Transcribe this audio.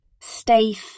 Stay